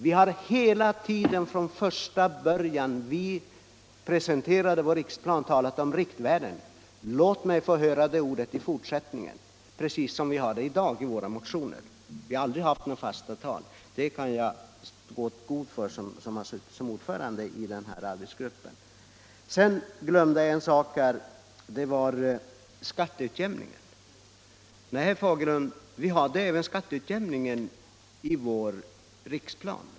Vi har hela tiden, från första gången vi presenterade vår riksplan, talat om riktvärden. Låt mig få höra det ordet i fortsättningen, precis så som vi har det i våra motioner. Vi har aldrig angett några fasta tal. Det kan jag gå i god för som ordförande i den här arbetsgruppen. Jag glömde ta upp en sak, nämligen skatteutjämningen. Herr Fagerlund, vi hade även skatteutjämningen i vår riksplan.